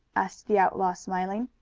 asked the outlaw, smiling.